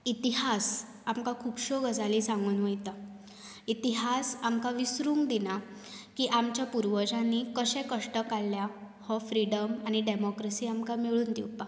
इतिहास आमकां खूबश्यो गजाली सांगुन वयता इतिबास आमकां विसरुंक दिना की आमच्या पुर्वजांनी कशें कश्ट काडल्या हो फ्रिडम आनी डेमोक्रेसी आमकां मेळूंक दिवपाक